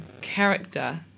character